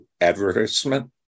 advertisement